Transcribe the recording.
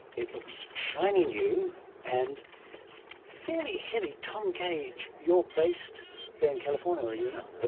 it looks shiny-new and fairly heavy. tom gage, you're based here in california, are you not? but